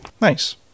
Nice